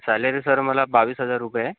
salary sir मला बावीस हजार रुपये आहे